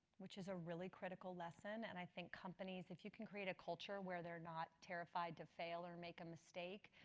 which is a really criritical lessson. and i think companies, if you can create a culture where they are not terrified to fail or make a mistake,